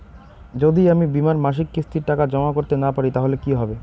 যদি আমি বীমার মাসিক কিস্তির টাকা জমা করতে না পারি তাহলে কি হবে?